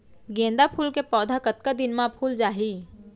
गेंदा फूल के पौधा कतका दिन मा फुल जाही?